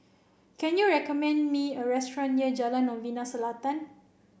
can you recommend me a restaurant near Jalan Novena Selatan